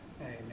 Amen